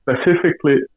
Specifically